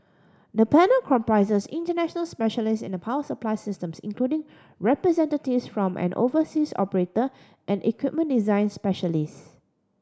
the panel comprises international specialist in power supply systems including representatives from an overseas operator and equipment design specialist